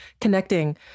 connecting